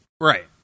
right